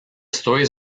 stories